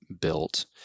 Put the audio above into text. built